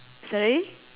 sorry